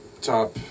top